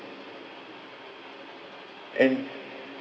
and